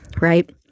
Right